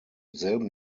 selben